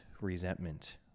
resentment